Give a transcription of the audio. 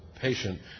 patient